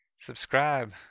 Subscribe